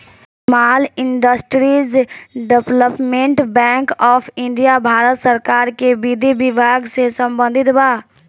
small industries development bank of India भारत सरकार के विधि विभाग से संबंधित बा